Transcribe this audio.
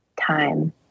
time